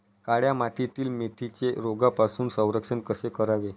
काळ्या मातीतील मेथीचे रोगापासून संरक्षण कसे करावे?